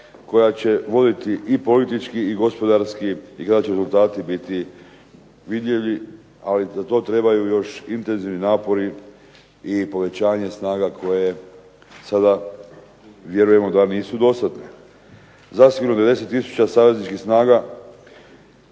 koja će voditi i politički i gospodarski i kada će rezultati biti vidljivi. Ali za to trebaju još intenzivni napori i povećanje snaga koje sada vjerujemo da nisu dostatne. Zasigurno 90 tisuća savezničkih snaga